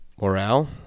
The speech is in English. Morale